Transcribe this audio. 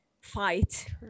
fight